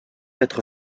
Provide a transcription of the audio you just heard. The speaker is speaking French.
être